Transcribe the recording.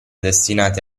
destinati